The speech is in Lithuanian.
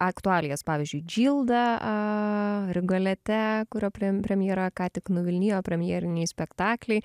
aktualijas pavyzdžiui džildą aaa rigolete kurio premjera ką tik nuvilnijo premjeriniai spektakliai